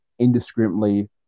indiscriminately